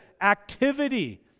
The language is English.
activity